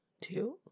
Two